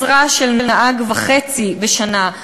משרה של נהג וחצי בשנה,